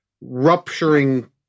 rupturing